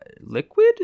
liquid